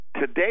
Today